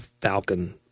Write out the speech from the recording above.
falcon